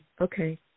okay